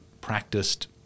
practiced